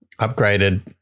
upgraded